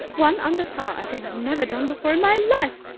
one under par, a thing i've never done before in my life.